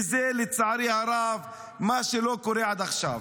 וזה, לצערי הרב, מה שלא קורה עד עכשיו.